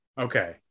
okay